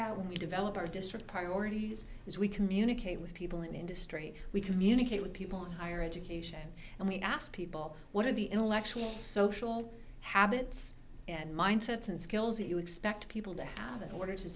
out when we develop our district priorities is we communicate with people in industry we communicate with people higher education and we ask people what are the intellectual social habits and mindsets and skills that you expect people that order to